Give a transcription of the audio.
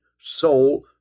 soul